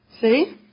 See